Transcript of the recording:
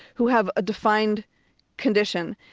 who have a defined condition?